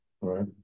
right